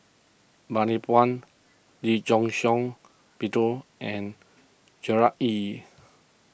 Bani Buang Lee Shiong Peter and Gerard Ee